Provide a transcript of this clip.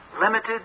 limited